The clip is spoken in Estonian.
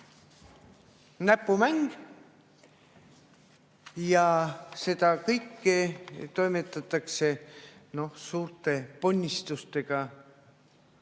näpumäng, ja seda kõike toimetatakse suurte ponnistustega